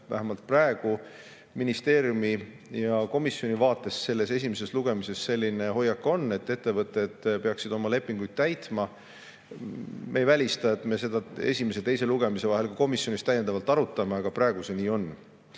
Vähemalt praegu ministeeriumi ja komisjoni vaates esimese lugemise ajal selline hoiak on, et ettevõtted peaksid oma lepinguid täitma. Me ei välista, et me seda esimese ja teise lugemise vahel komisjonis täiendavalt arutame, aga praegu see nii on.